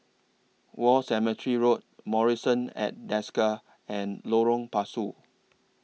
War Cemetery Road Marrison At Desker and Lorong Pasu